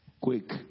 quick